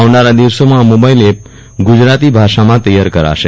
આવનારા દિવસોમાં આ મોબાઇલ એપ ગુજરાતી ભાષામાં તૈયાર કરાશે